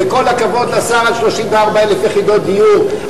וכל הכבוד לשר על 34,000 יחידות דיור,